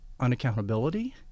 unaccountability